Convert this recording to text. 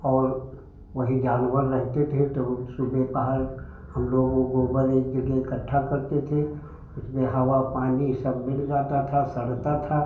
और वही जानवर रहते थे तब सुबह पहर हमलोग वह गोबर एक जगह एकट्ठा करते थे उसमें हवा पानी सब मिल जाता था सड़ता था